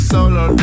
Solo